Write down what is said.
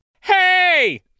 Hey